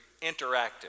interactive